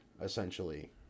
essentially